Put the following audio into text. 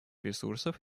ресурсов